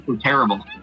terrible